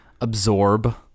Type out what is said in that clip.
absorb